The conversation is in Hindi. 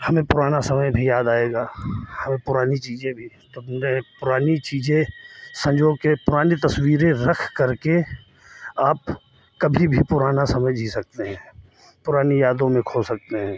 हमें पुराना समय भी याद आएगा हमें पुरानी चीज़ें भी तो मुझे पुरानी चीज़ें संजो के पुरानी तस्वीरें रखकर के आप कभी भी पुराना समय जी सकते हैं पुरानी यादो में खो सकते हैं